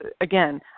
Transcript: again